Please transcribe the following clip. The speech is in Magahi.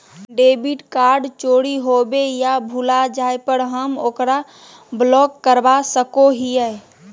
डेबिट कार्ड चोरी होवे या भुला जाय पर हम ओकरा ब्लॉक करवा सको हियै